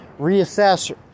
reassess